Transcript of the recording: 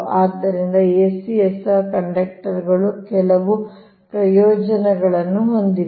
ಆದ್ದರಿಂದ ACSR conductor ಗಳು ಕೆಲವು ಪ್ರಯೋಜನಗಳನ್ನು ಹೊಂದಿವೆ